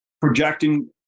projecting